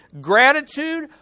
gratitude